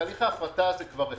תהליך ההפרטה הזה כבר החל.